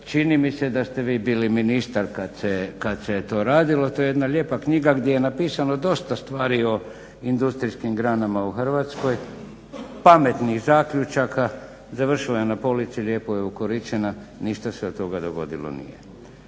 čini mi se da ste vi bili ministar kad se je to radilo. To je jedna lijepa knjiga gdje je napisano dosta stvari o industrijskim granama u Hrvatskoj, pametnih zaključaka. Završila je na polici lijepo je ukoričena, ništa se od toga dogodilo nije.